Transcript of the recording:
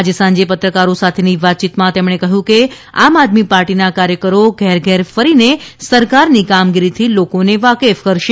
આજે સાંજે પત્રકારો સાથેની વાતચીતમાં તેમણે કહ્યું કે આમ આદમી પાર્ટીના કાર્યકરો ઘેરઘેર ફરીને સરકારની કામગીરીથી લોકોને વાકેફ કરશે